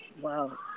Wow